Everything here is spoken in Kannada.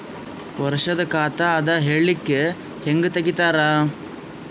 ವರ್ಷದ ಖಾತ ಅದ ಹೇಳಿಕಿ ಹೆಂಗ ತೆಗಿತಾರ?